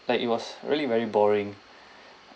like it was really very boring